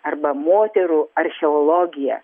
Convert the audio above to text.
arba moterų archeologiją